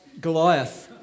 Goliath